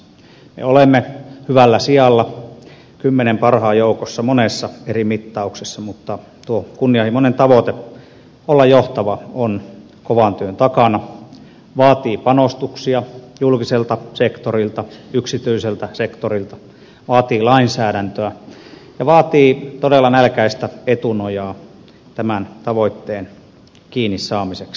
me olemme hyvällä sijalla kymmenen parhaan joukossa monessa eri mittauksessa mutta tuo kunnianhimoinen tavoite olla johtava on kovan työn takana vaatii panostuksia julkiselta sektorilta yksityiseltä sektorilta vaatii lainsäädäntöä ja vaatii todella nälkäistä etunojaa tämän tavoitteen kiinnisaamiseksi